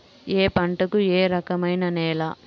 ఏ పంటకు ఏ రకమైన నేల?